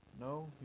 No